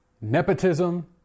nepotism